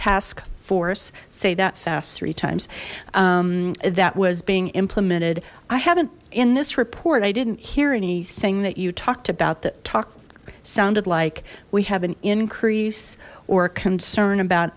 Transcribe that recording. task force say that fast three times that was being implemented i haven't in this report i didn't hear anything that you talked about that talked sounded like we have an increase or a concern about